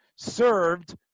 Served